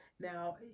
Now